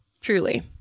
truly